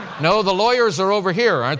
no, the lawyers are over here,